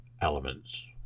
elements